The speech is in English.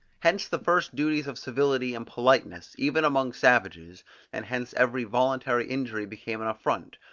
hence the first duties of civility and politeness, even among savages and hence every voluntary injury became an affront,